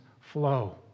flow